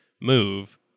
move